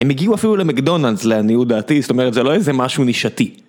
הם הגיעו אפילו למקדונלדס לעניות דעתי, זאת אומרת זה לא איזה משהו נישתי.